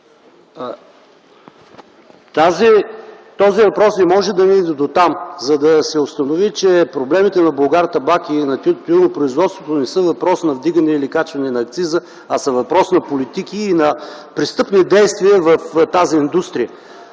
Този въпрос не може да не иде до там, за да се установи, че проблемите в „Булгартабак” и на тютюнопроизводството не са въпрос на вдигане или качване на акциза, а са въпрос на политики и на престъпни действия в тази индустрия.